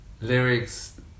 lyrics